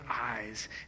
eyes